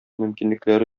мөмкинлекләре